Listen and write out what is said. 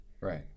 right